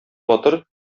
батыр